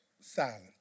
silent